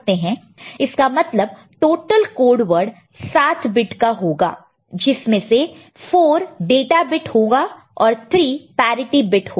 इसका मतलब total code word 7 bit का होगा जिसमें से 4 डाटा बिट होगा और 3 पैरिटि बिट होगा